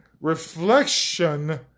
reflection